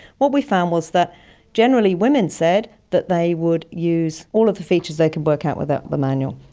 what we found was that generally women said that they would use all of the features they can work out without the manual.